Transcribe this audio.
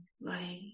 light